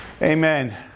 Amen